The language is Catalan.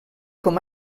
com